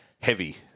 Heavy